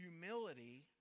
humility